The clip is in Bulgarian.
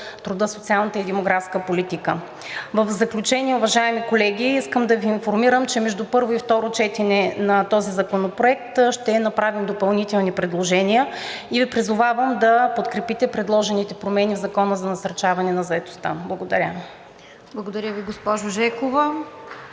труда, социалната и демографската политика. В заключение, уважаеми колеги, искам да Ви информирам, че между първо и второ четене на този законопроект ще направим допълнителни предложения и Ви призовавам да подкрепите предложените промени в Закона за насърчаване на заетостта. Благодаря. ПРЕДСЕДАТЕЛ РОСИЦА КИРОВА: